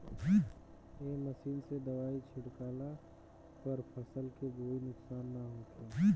ए machine से दवाई छिटला पर फसल के कोई नुकसान ना होखे